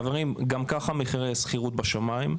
חברים, גם כך מחירי השכירות הם בשמיים.